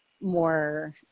more